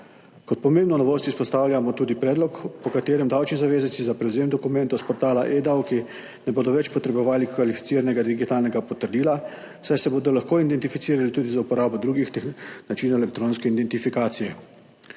Kot pomembno novost izpostavljamo tudi predlog, po katerem davčni zavezanci za prevzem dokumentov s portala eDavki ne bodo več potrebovali kvalificiranega digitalnega potrdila, saj se bodo lahko identificirali tudi z uporabo drugih načinov elektronske identifikacije.